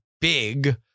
big